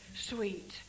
sweet